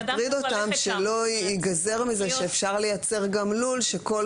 אותם שלא ייגזר מזה שאפשר לייצר גם לול שכל